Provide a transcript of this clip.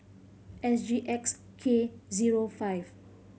S G X K zero five